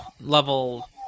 level